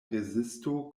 rezisto